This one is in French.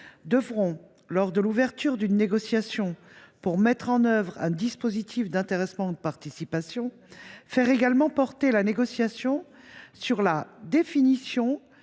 devra, lors de l’ouverture d’une négociation pour mettre en œuvre un dispositif d’intéressement ou de participation, faire également porter la négociation sur « la définition